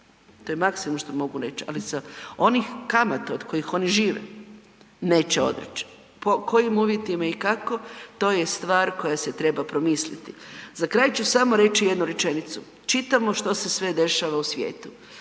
to je maksimu što mogu reći, ali onih kamata od kojih oni žive neće odreć, po kojim uvjetima i kako to je stvar koja se treba promisliti. Za kraj ću samo reći jednu rečenicu. Čitamo što se sve dešava u svijetu.